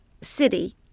city